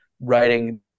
writing